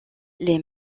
les